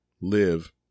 live